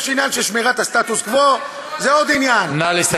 יש עניין של שמירת הסטטוס-קוו, זה עוד עניין, אבל,